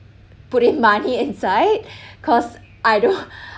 put in money inside cause I don't